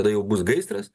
kada jau bus gaisras